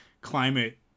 climate